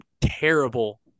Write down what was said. terrible